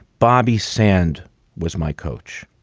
bobby sand was my coach,